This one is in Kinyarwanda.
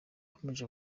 yakomeje